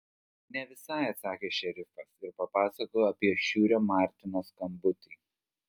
ne visai atsakė šerifas ir papasakojo apie šiurio martino skambutį